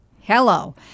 hello